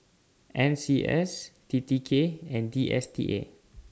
N C S T T K and D S T A